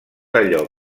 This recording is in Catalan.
allò